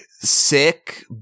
sick